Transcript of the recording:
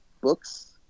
books